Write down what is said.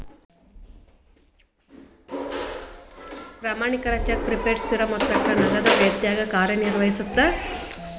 ಪ್ರಯಾಣಿಕರ cheque prepaid ಸ್ಥಿರ ಮೊತ್ತಕ್ಕ ನಗದ ರೇತ್ಯಾಗ ಕಾರ್ಯನಿರ್ವಹಿಸತ್ತ